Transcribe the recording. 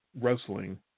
wrestling